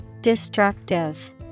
Destructive